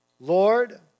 Lord